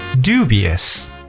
dubious